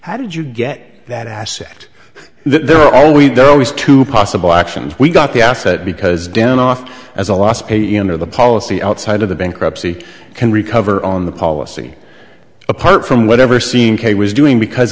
how did you get that asset there are always there always two possible actions we got the asset because down off as a last pay you know the policy outside of the bankruptcy can recover on the policy apart from whatever scene kate was doing because